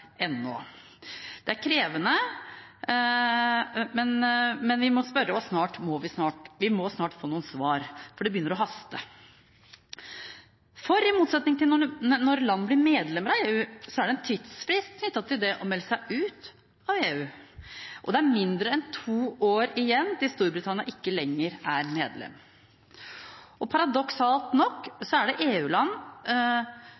ennå. Det er krevende, men vi må spørre, og snart må vi få noen svar, for det begynner å haste. For i motsetning til når land blir medlem av EU, så er det en tidsfrist knyttet til det å melde seg ut av EU. Det er mindre enn to år igjen til Storbritannia ikke lenger er medlem.